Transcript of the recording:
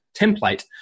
template